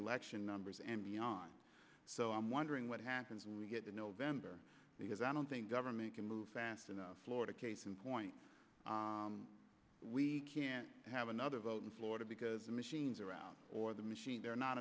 election numbers and beyond so i'm wondering what happens when we get to november because i don't think government can move fast enough florida case in point we can't have another vote in florida because the machines around or the machine there are not